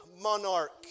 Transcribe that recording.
Monarch